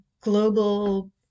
global